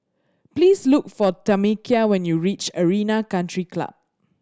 please look for Tamekia when you reach Arena Country Club